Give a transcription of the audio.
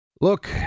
look